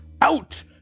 Out